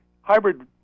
Hybrid